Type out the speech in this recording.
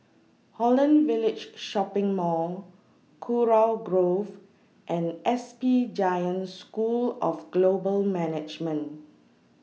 Holland Village Shopping Mall Kurau Grove and S P Jain School of Global Management